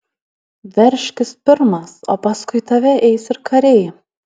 veržkis pirmas o paskui tave eis ir kariai